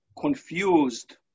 confused